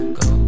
go